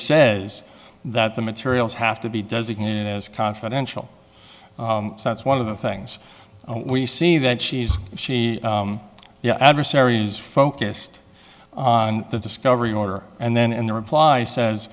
says that the materials have to be designated as confidential that's one of the things we see that she's she adversaries focused on the discovery order and then in the reply says